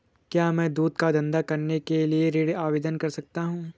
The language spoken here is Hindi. क्या मैं दूध का धंधा करने के लिए ऋण आवेदन कर सकता हूँ?